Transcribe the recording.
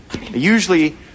Usually